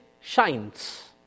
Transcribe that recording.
shines